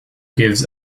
gives